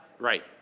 Right